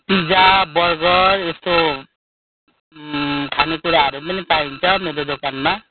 pizza burger यस्तो खानेकुराहरू पनि पाइन्छ मेरो दोकानमा